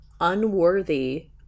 unworthy